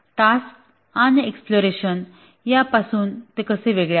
tasks आणि exploration यापासून ते कसे वेगळे आहे